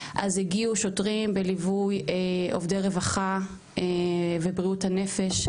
אז הגיעו שוטרים בליווי עובדי רווחה ובריאות הנפש,